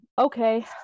Okay